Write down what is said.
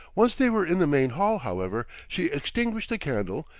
once they were in the main hall, however, she extinguished the candle,